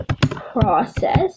process